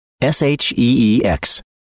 S-H-E-E-X